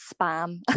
spam